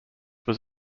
was